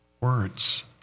words